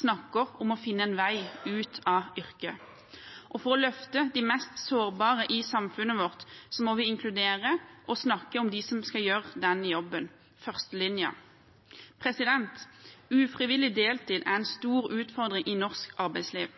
snakker om å finne en vei ut av yrket. For å løfte de mest sårbare i samfunnet vårt må vi inkludere og snakke om dem som skal gjøre den jobben – førstelinjen. Ufrivillig deltid er en stor utfordring i norsk arbeidsliv.